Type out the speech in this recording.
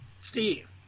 Steve